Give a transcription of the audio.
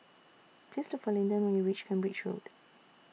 Please Look For Linden when YOU REACH Cambridge Road